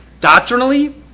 doctrinally